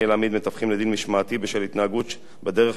לדין משמעתי בשל התנהגות בדרך שאינה הולמת,